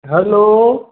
hello